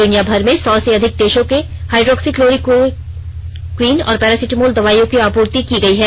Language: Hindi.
दुनिया भर में सौ से अधिक देशों के हाइड्रोक्सीक्लोरोक्वीन और पेरासिटामोल दवाईयों की आपूर्ति की गई है